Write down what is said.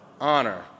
Honor